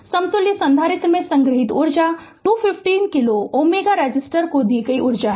समतुल्य संधारित्र में संग्रहीत ऊर्जा 250 किलो Ω रेसिस्टर को दी गई ऊर्जा है